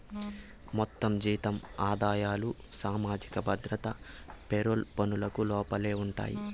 మొత్తం జీతం ఆదాయాలు సామాజిక భద్రత పెరోల్ పనులకు లోపలే ఉండాయి